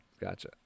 Gotcha